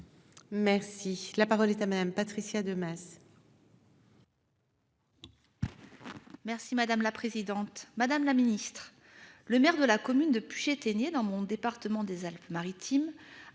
Merci la parole est à madame Patricia de masse. Merci madame la présidente, madame la Ministre. Le maire de la commune de Puget-Théniers. Dans mon département des Alpes-Maritimes.